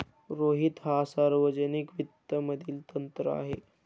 रोहित हा सार्वजनिक वित्त मधील तज्ञ आहे